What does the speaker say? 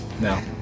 No